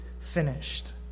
finished